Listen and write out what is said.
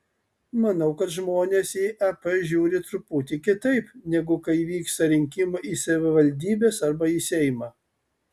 manau kad žmonės į ep žiūri truputį kitaip negu kai vyksta rinkimai į savivaldybes arba į seimą